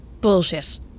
Bullshit